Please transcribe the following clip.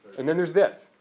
and then there's this.